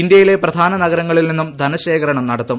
ഇന്ത്യയിലെ പ്രധാന നഗരങ്ങളിൽ നിന്നും ധനശേഖരണം നടത്തും